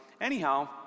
Anyhow